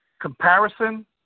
Comparison